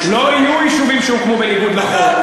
לא יהיו יישובים שהוקמו בניגוד לחוק.